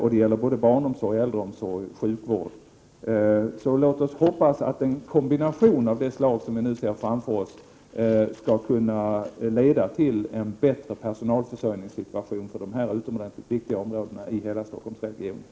Det gäller både barnomsorg, äldreomsorg och sjukvård. Låt oss därför hoppas att en kombination av åtgärder av det slag som vi nu ser framför oss skall kunna leda till en bättre persoanlförsörjningssituation på dessa utomordentligt viktiga områden i hela Stockholmsregionen.